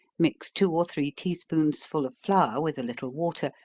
mix two or three tea spoonsful of flour with a little water,